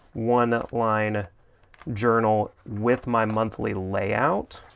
one line journal with my monthly layout,